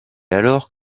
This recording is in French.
alors